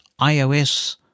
iOS